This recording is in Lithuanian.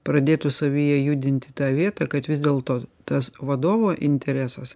pradėtų savyje judinti tą vietą kad vis dėlto tas vadovo interesas